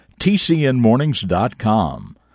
tcnmornings.com